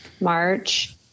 March